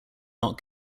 not